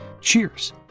Cheers